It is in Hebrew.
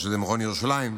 או שזה מכון ירושלים,